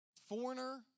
foreigner